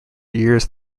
years